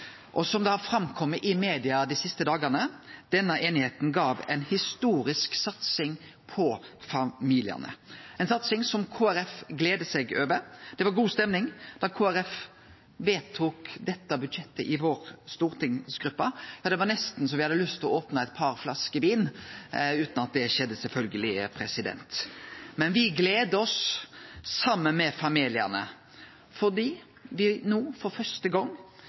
Som det har kome fram i media dei siste dagane: Denne einigheita gav ei historisk satsing på familiane, ei satsing som Kristeleg Folkeparti gleder seg over. Det var god stemning da Kristeleg Folkeparti vedtok dette budsjettet i stortingsgruppa si – ja det var nesten så me hadde lyst til å opne eit par flasker vin, sjølvsagt utan at det skjedde. Men me gleder oss saman med familiane fordi me for første gong